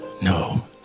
No